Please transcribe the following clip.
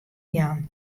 jaan